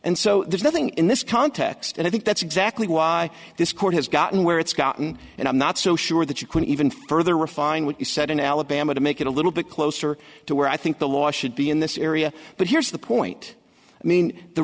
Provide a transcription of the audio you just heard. and so there's nothing in this context and i think that's exactly why this court has gotten where it's gotten and i'm not so sure that you can even further refine what you said in alabama to make it a little bit closer to where i think the law should be in this area but here's the point i mean the